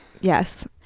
yes